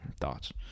thoughts